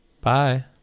Bye